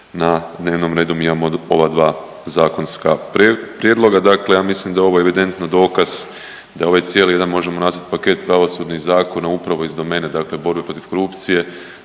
na dnevnom redu mi imamo ova dva zakonska prijedloga. Dakle ja mislim da je ovo evidentno dokaz da je ovaj cijeli jedan možemo nazvat paket pravosudnih zakona upravo iz domene dakle borbe protiv korupcije